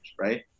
right